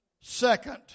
second